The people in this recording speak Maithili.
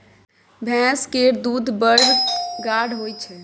भैंस केर दूध बड़ गाढ़ होइ छै